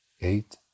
eight